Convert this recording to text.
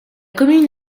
commune